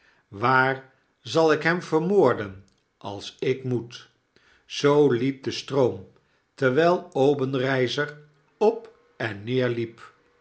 waar zal ik hem vermoorden als ik moet zoo liep de stroom terwql obenreizer op en neer liep